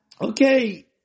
okay